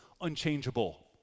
unchangeable